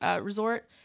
Resort